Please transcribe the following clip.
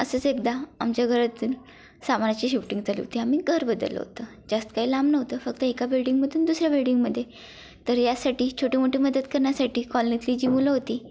असंच एकदा आमच्या घरातून सामानाची शिफ्टिंग चालू होती आम्ही घर बदललं होतं जास्त काही लांब नव्हतं फक्त एका बिल्डिंगमधून दुसऱ्या बिल्डिंगमध्ये तर यासाठी छोटी मोठी मदत करण्यासाठी कॉलनीतली जी मुलं होती